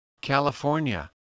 California